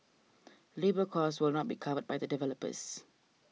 labour cost will not be covered by the developers